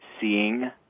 seeing